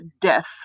death